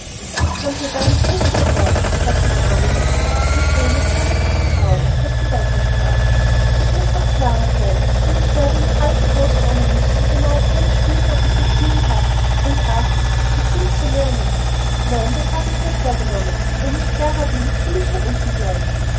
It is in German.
das kommt mir gar nicht richtig vor sagte die arme alice und thränen kamen ihr in die augen als sie weiter sprach ich muß doch clara sein und ich werde in dem alten kleinen hause wohnen müssen und beinah keine spielsachen zum spielen haben und ach so viel zu lernen nein das habe ich mir vorgenommen wenn ich clara bin will ich hier unten bleiben